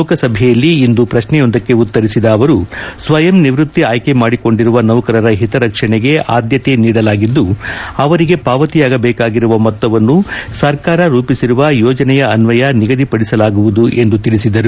ಲೋಕಸಭೆಯಲ್ಲಿ ಇಂದು ಪ್ರಶ್ನೆಯೊಂದಕ್ಕೆ ಉತ್ತರಿಸಿದ ಅವರು ಸ್ವಯಂ ನಿವೃತ್ತಿ ಆಯ್ಲೆ ಮಾಡಿಕೊಂಡಿರುವ ನೌಕರರ ಹಿತರಕ್ಷಣೆಗೆ ಆದ್ಯತೆ ನೀಡಲಾಗಿದ್ದು ಅವರಿಗೆ ಪಾವತಿಯಾಗಬೇಕಾಗಿರುವ ಮೊತ್ತವನ್ನು ಸರ್ಕಾರ ರೂಪಿಸಿರುವ ಯೋಜನೆಯ ಅನ್ವಯ ನಿಗದಿಪಡಿಲಾಗುವುದು ಎಂದು ತಿಳಿಸಿದರು